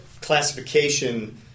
classification